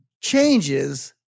changes